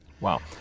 Wow